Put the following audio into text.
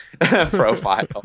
profile